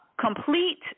complete